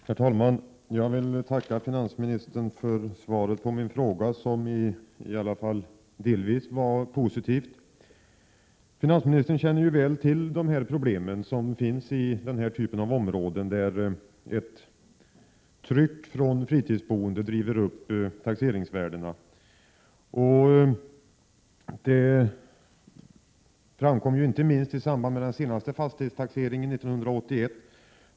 Herr talman! Jag vill tacka finansministern för svaret på min fråga och säga att det i alla fall delvis var positivt. Finansministern känner till de problem som finns i den här typen av områden där ett tryck från fritidsboendet driver upp taxeringsvärdena. Det framkom inte minst i samband med den senaste fastighetstaxeringen, år 1981.